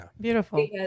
Beautiful